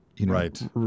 Right